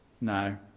No